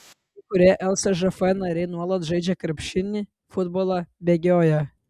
kai kurie lsžf nariai nuolat žaidžia krepšinį futbolą bėgioja